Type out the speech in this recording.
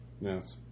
yes